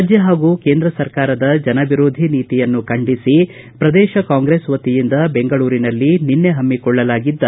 ರಾಜ್ಯ ಹಾಗೂ ಕೇಂದ್ರ ಸರ್ಕಾರದ ಜನ ವಿರೋಧಿ ನೀತಿಯನ್ನು ಖಂಡಿಸಿ ಪ್ರದೇಶ ಕಾಂಗ್ರೆಸ್ ವತಿಯಂದ ಬೆಂಗಳೂರಿನಲ್ಲಿ ನಿನ್ನೆ ಹಮ್ಮಿಕೊಳ್ಳಲಾಗಿದ್ದ